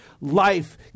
life